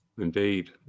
Indeed